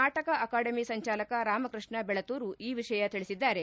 ನಾಟಕ ಅಕಾಡೆಮಿ ಸಂಚಾಲಕ ರಾಮಕೃಷ್ಣ ಬೆಳತೂರು ಈ ವಿಷಯ ತಿಳಿಸಿದರು